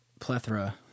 plethora